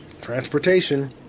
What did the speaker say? transportation